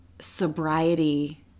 sobriety